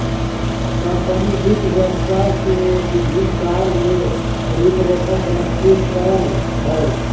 company वित्त व्यवसाय के विभिन्न कार्य ले रूपरेखा प्रस्तुत करय हइ